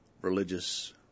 religious